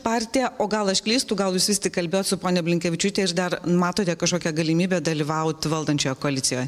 partija o gal aš klystu gal jūs vis tik kalbėjot su ponia blinkevičiūtė ir dar matote kažkokią galimybę dalyvaut valdančioje koalicijoje